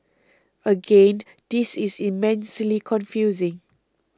again this is immensely confusing